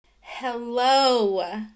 Hello